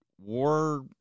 war